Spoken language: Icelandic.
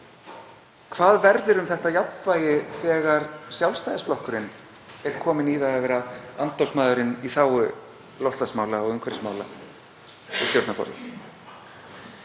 hvað verður um þetta jafnvægi þegar Sjálfstæðisflokkurinn er kominn í það að vera andófsmaðurinn í þágu loftslagsmála og umhverfismála við stjórnarborðið?